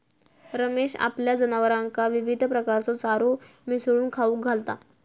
रमेश आपल्या जनावरांका विविध प्रकारचो चारो मिसळून खाऊक घालता